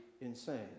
insane